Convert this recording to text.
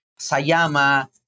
Sayama